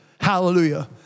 Hallelujah